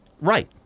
Right